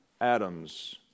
Adam's